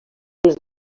els